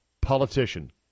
politician